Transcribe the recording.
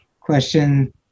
question